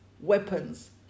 weapons